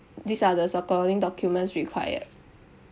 these are the supporting documents required